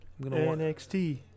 NXT